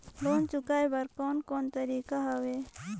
Loan चुकाए बर कोन कोन तरीका हवे?